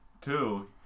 Two